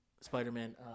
Spider-Man